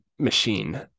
machine